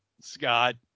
Scott